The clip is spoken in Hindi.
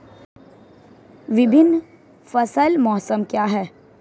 विभिन्न फसल मौसम क्या हैं?